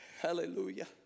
hallelujah